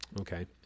Okay